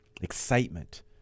excitement